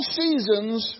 seasons